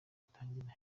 itangira